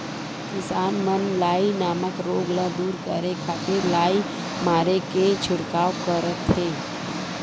किसान मन लाई नामक रोग ल दूर करे खातिर लाई मारे के छिड़काव करथे